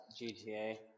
GTA